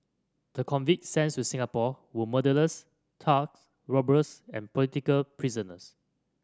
the convicts sent to Singapore were murderers thugs robbers and political prisoners